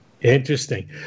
Interesting